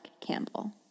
Campbell